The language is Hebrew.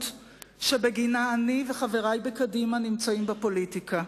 שבגינה אני וחברי בקדימה נמצאים בפוליטיקה.